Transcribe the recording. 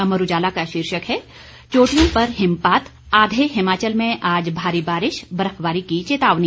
अमर उजाला का शीर्षक है चोटियों पर हिमपात आधे हिमाचल में आज भारी बारिश बर्फबारी की चेतावनी